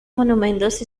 monumentos